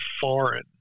foreign